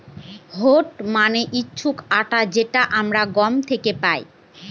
wheat মানে হচ্ছে আটা যেটা আমরা গম থেকে পাই